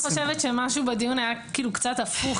שמשהו בדיון היה קצת הפוך,